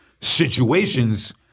situations